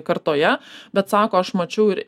kartoje bet sako aš mačiau ir